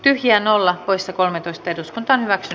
yhtiön olla poissa kolmetoista eduskuntaan kaksi